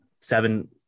seven